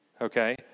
Okay